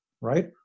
right